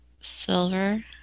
silver